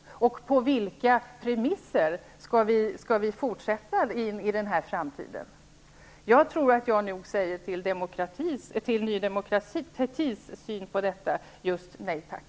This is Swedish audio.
Och på vilka premisser skall vi fortsätta in i framtiden? Jag tror nog att jag till Ny Demokratis syn på detta säger just nej tack.